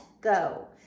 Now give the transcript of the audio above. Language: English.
go